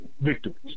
victims